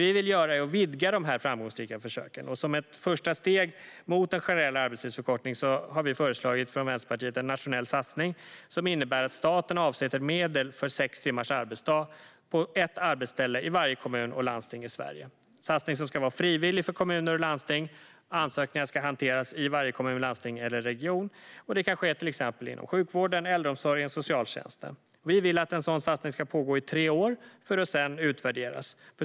Vi vill vidga dessa framgångsrika försök. Som ett första steg mot en generell arbetstidsförkortning föreslår Vänsterpartiet en nationell satsning som innebär att staten avsätter medel för sex timmars arbetsdag på ett arbetsställe i varje kommun och landsting i Sverige. Satsningen ska vara frivillig för kommuner och landsting, och ansökningar hanteras i varje kommun, landsting eller region. Det kan ske inom till exempel sjukvården, äldreomsorgen eller socialtjänsten. Vi vill att en sådan satsning ska pågå i tre år för att sedan utvärderas.